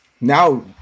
now